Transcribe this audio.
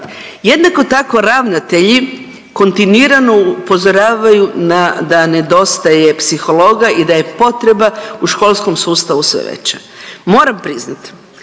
Jednako tako ravnatelji kontinuirano upozoravaju da nedostaje psihologa i da je potreba u školskom sustavu sve veća. Moram priznati